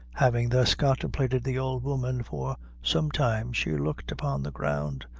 having thus contemplated the old woman for some time, she looked upon the ground,